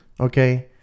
Okay